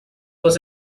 was